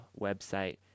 website